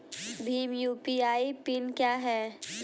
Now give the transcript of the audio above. Bhim UPI PIN क्या है?